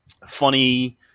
funny